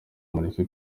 mureke